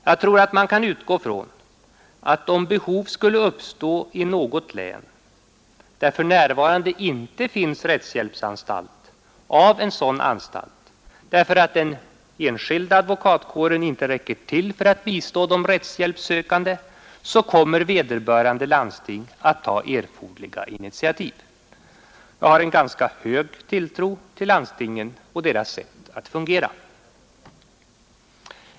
Jag tror att man kan utgå ifrån att om det i något län, där det för närvarande inte finns rättshjälpsanstalt, skulle uppstå behov av en sådan därför att den enskilda advokatkåren inte räcker till för att bistå de rättshjälpssökande, så kommer vederbörande landsting att ta erforderliga initiativ. Jag har en ganska stor tilltro till landstingen och deras sätt att fungera.